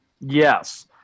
yes